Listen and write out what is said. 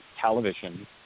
television